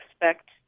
expect